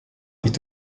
est